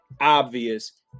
obvious